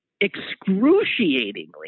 excruciatingly